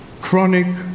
chronic